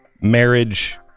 marriage